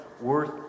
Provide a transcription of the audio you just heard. worth